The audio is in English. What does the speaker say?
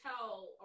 tell